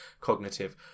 cognitive